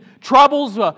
troubles